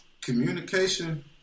Communication